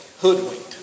hoodwinked